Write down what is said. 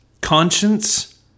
conscience